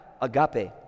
agape